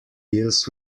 deals